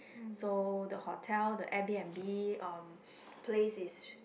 so the hotel the Airbnb um place is